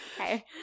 Okay